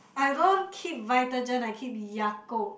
I don't keep Vitagen I keep Yakult